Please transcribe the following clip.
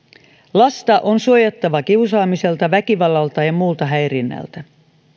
lasta on suojattava kiusaamiselta väkivallalta ja muulta häirinnältä